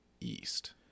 East